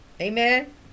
Amen